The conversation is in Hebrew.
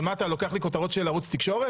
אבל מה, אתה לוקח לי כותרות של ערוץ תקשורת?